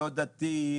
לא דתי,